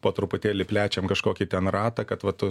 po truputėlį plečiam kažkokį ten ratą kad va tu